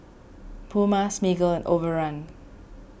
Puma Smiggle and Overrun